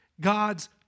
God's